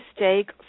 mistake